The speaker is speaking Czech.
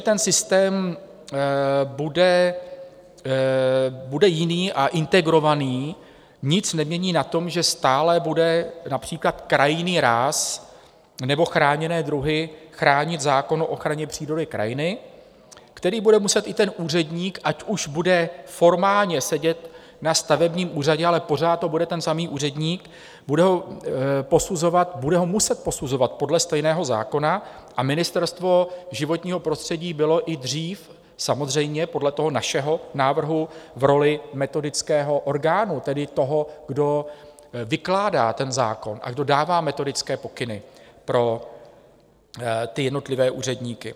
To, že systém bude jiný a bude integrovaný, nic nemění na tom, že stále bude například krajinný ráz nebo chráněné druhy chránit zákon o ochraně přírody a krajiny, který bude muset i ten úředník ať už bude formálně sedět na stavebním úřadě, ale pořád to bude ten samý úředník posuzovat podle stejného zákona a Ministerstvo životního prostředí bylo i dřív samozřejmě podle našeho návrhu v roli metodického orgánu, tedy toho, kdo vykládá zákon a kdo dává metodické pokyny pro jednotlivé úředníky.